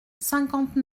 cinquante